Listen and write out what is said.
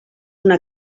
una